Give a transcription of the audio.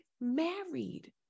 married